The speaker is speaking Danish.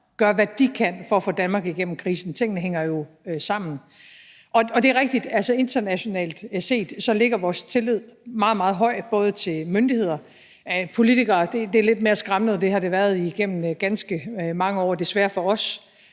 gør, hvad de kan for at få Danmark igennem krisen. Tingene hænger jo sammen. Det er rigtigt, at internationalt set er vores tillid til myndighederne meget, meget stor, mens det skranter lidt mere, når det kommer til politikere, og det har det været igennem ganske mange år, desværre for os.